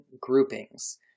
groupings